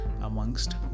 amongst